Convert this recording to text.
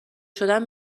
شدم